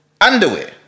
underwear